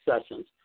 sessions